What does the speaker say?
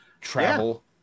travel